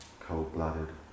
cold-blooded